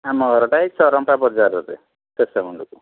ଆମ ଘରଟା ଏଇ ଚରମ୍ପା ବଜାରରେ ଶେଷ ମୁଣ୍ଡକୁ